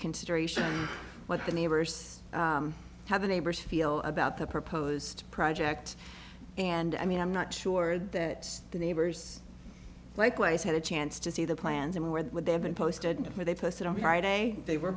consideration what the neighbors have a neighbors feel about the proposed project and i mean i'm not sure that the neighbors likewise had a chance to see the plans and where would they have been posted before they posted on friday they were